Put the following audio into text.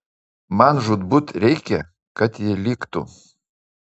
man žūtbūt reikia kad ji liktų